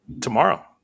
tomorrow